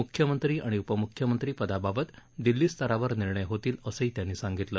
म्ख्यमंत्री आणि उपम्ख्यमंत्री पदाबाबत दिल्ली स्तरावर निर्णय होतील असंही त्यांनी सांगितलं